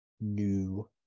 new